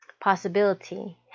possibility